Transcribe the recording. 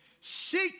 Seek